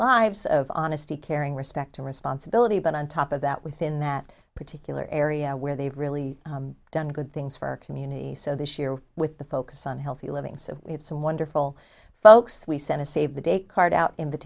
lives of honesty caring respect and responsibility but on top of that within that particular area where they've really done good things for our community so this year with the focus on healthy living so we have some wonderful folks we sent a save the date card out in the